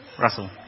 Russell